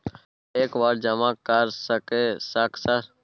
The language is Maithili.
एक बार जमा कर सके सक सर?